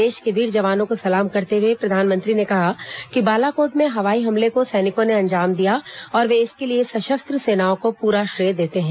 देश के वीर जवानों को सलाम करते हुए प्रधानमंत्री ने कहा कि बालाकोट में हवाई हमले को सैनिकों ने अंजाम दिया और वे इसके लिए सशस्त्र सेनाओं को पूरा श्रेय देते हैं